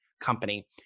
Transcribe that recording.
company